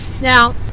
Now